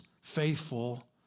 faithful